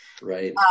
Right